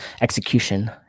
execution